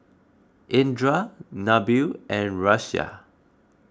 Indra Nabil and Raisya